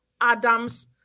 Adam's